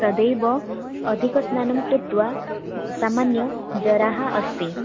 तदेव अधिकस्नानं कृत्वा सामान्यज्वरः अस्ति